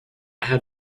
had